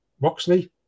Roxley